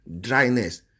dryness